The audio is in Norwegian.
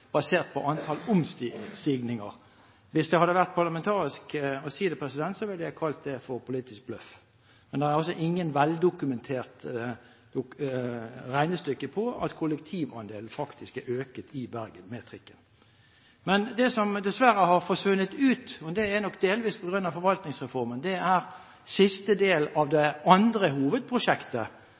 basert på antall omstigninger. Hvis det hadde vært parlamentarisk å si det, ville jeg kalt det for politisk bløff. Men det er altså ingen veldokumenterte regnestykker på at kollektivandelen faktisk har økt i Bergen med trikken. Men det som dessverre har forsvunnet ut – og det er nok delvis på grunn av forvaltningsreformen – er siste del av det andre hovedprosjektet,